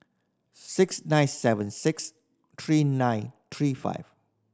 six nine seven six three nine three five